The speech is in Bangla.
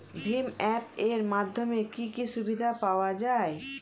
ভিম অ্যাপ এর মাধ্যমে কি কি সুবিধা পাওয়া যায়?